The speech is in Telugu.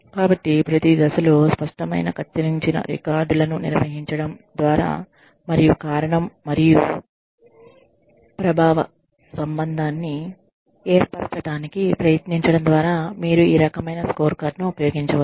కాబట్టి ప్రతి దశలో స్పష్టమైన కత్తిరించిన రికార్డు లను నిర్వహించడం ద్వారా మరియు కారణం మరియు ప్రభావ సంబంధాన్ని ఏర్పరచటానికి ప్రయత్నించడం ద్వారా మీరు ఈ రకమైన స్కోర్కార్డ్ ను ఉపయోగించవచ్చు